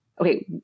Okay